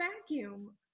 vacuum